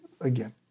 again